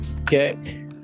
okay